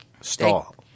Stall